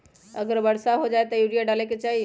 अगर वर्षा हो जाए तब यूरिया डाले के चाहि?